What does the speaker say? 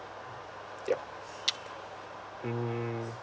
yup mm